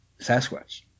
Sasquatch